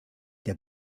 der